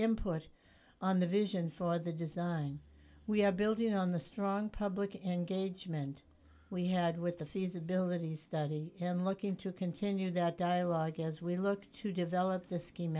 input on the vision for the design we are building on the strong public engagement we had with the feasibility study him looking to continue that dialogue as we look to develop the schem